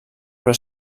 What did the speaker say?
però